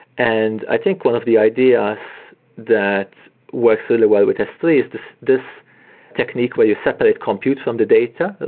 and i think one of the ideas that works really well with s three is this this technique where you separate compute from the data.